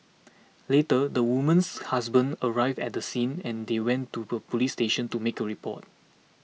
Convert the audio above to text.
later the woman's husband arrived at the scene and they went to police station to make a report